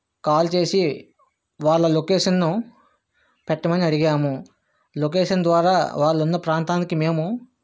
call చేసి వాళ్ళ లొకేషన్ను పెట్టమని అడిగాము లొకేషన్ ద్వారా వాళ్ళు ఉన్న ప్రాంతానికి మేము